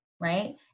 right